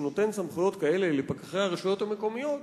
שנותן סמכויות כאלה לפקחי הרשויות המקומיות,